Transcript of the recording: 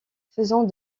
faisant